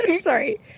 Sorry